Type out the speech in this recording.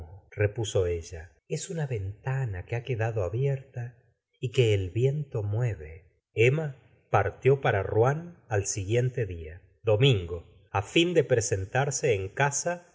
repuso ella es una ventana qu ha quedado abierta y que el viento mueve emma partió para rouen al siguiente día domin go á fin de presentarse en casa